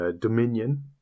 Dominion